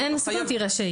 אם אין מסוכנות היא רשאית.